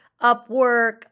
Upwork